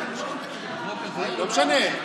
לא משנה.